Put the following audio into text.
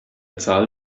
zahl